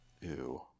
ew